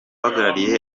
uhagarariye